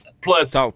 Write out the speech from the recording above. plus